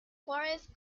forests